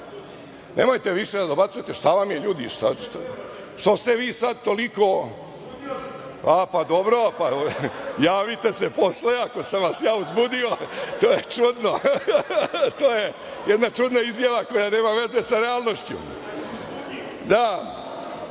nemojte više da dobacujete, šta vam je ljudi, što ste vi sad toliko? A, pa dobro, javite se posle, ako sam vas ja uzbudio, to je čudno, jedna čudna izjava koja nema veze sa realnošću. Da